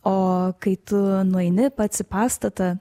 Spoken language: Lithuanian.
o kai tu nueini pats į pastatą